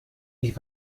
nicht